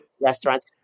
restaurants